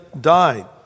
died